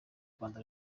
rwanda